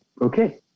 okay